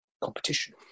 competition